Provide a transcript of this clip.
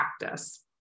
practice